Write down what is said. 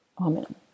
Amen